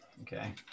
okay